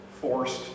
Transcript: forced